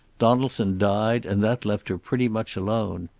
donaldson died, and that left her pretty much alone.